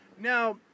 Now